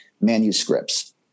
manuscripts